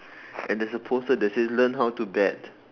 and there's a poster that says learn how to bet